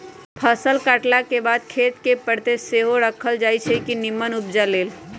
फसल काटलाके बाद खेत कें परति सेहो राखल जाई छै निम्मन उपजा लेल